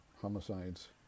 homicides